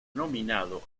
nominado